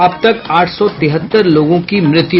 अब तक आठ सौ तिहत्तर लोगों की मृत्यु